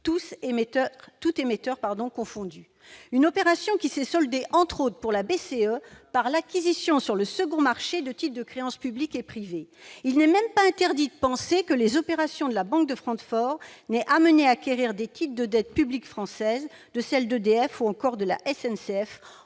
tous émetteurs confondus ! Cette opération s'est soldée, entre autres, pour la BCE, par l'acquisition, sur le second marché, de titres de créances publiques et privées. Il n'est même pas interdit de penser que les opérations de la Banque de Francfort n'aient amené à acquérir des titres de dette publique française, de celle d'EDF ou encore de la SNCF,